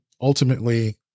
ultimately